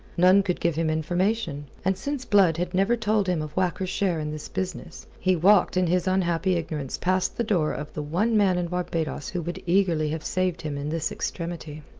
none could give him information and since blood had never told him of whacker's share in this business, he walked in his unhappy ignorance past the door of the one man in barbados who would eagerly have saved him in this extremity.